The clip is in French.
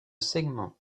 segment